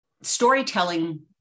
storytelling